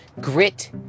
grit